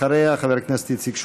אחריה, חבר הכנסת איציק שמולי.